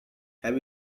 have